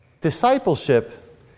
discipleship